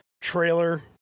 trailer